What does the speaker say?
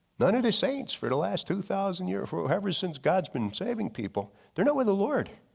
none of the saints for the last two thousand year for ah ever since god's been saving people, they're not with the lord.